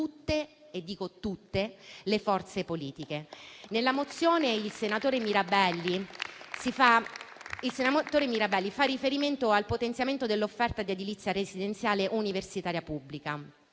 Nella mozione n. 65 il senatore Mirabelli fa riferimento al potenziamento dell'offerta di edilizia residenziale universitaria pubblica.